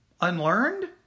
unlearned